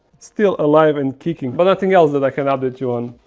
still alive and kicking but nothing else that i can update you on